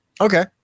okay